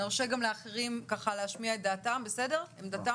נרשה גם לאחרים להשמיע את עמדתם.